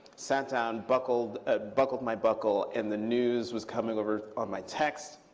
sat down, buckled ah buckled my buckle, and the news was coming over on my text,